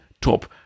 top